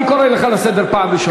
אני קורא אותך לסדר פעם ראשונה.